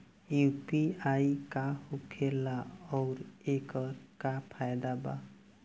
UPI का होखेला आउर एकर का फायदा बा?